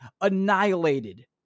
annihilated